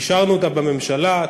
אישרנו אותה בממשלה,